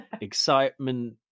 excitement